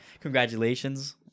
Congratulations